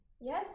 Yes